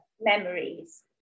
memories